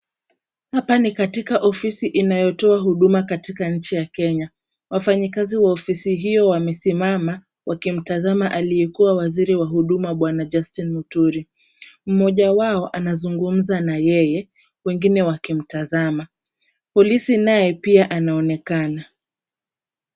Hapa ni katika ofisi inayotoa huduma katika nchi ya Kenya wafanyikazi wa ofisi hiyo wamesimama wakimtazama aliyekuwa waziri wa huduma Bwana Justin Muturi, mmoja wao anazungumza na yeye wengine wakimtazama. Polisi naye pia anaonekana.